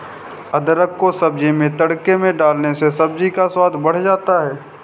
अदरक को सब्जी में तड़के में डालने से सब्जी का स्वाद बढ़ जाता है